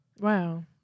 wow